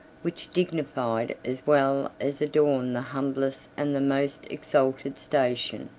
which dignify as well as adorn the humblest and the most exalted station.